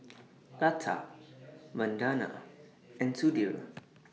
Lata Vandana and Sudhir